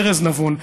ארז נבון,